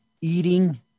eating